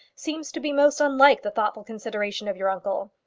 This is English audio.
seems to be most unlike the thoughtful consideration of your uncle.